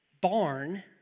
barn